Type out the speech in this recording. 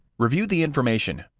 review the information,